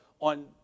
on